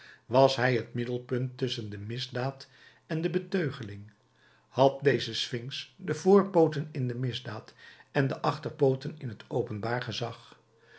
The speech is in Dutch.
was hij het middelpunt tusschen de misdaad en de beteugeling had deze sfinx de voorpooten in de misdaad en de achterpooten in het openbaar gezag